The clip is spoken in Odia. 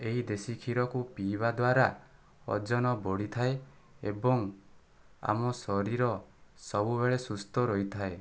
ଏହି ଦେଶୀ କ୍ଷୀରକୁ ପିଇବା ଦ୍ୱାରା ଓଜନ ବଢ଼ିଥାଏ ଏବଂ ଆମ ଶରୀର ସବୁବେଳେ ସୁସ୍ଥ ରହିଥାଏ